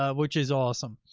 ah which is awesome.